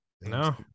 no